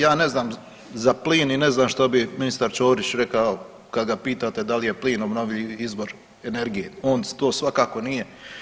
Ja ne znam za plin i ne znam šta bi ministar Ćorić rekao kad ga pitate da li je plin obnovljivi izvor energije, on to svakako nije.